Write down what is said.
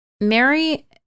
Mary